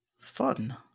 Fun